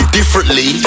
differently